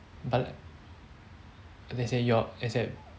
but like as in your as in